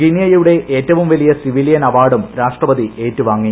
ഗിനിയയുടെ ഏറ്റവും വലിയ civilian award രാഷ്ട്രപതി ഏറ്റുവാങ്ങി